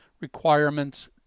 requirements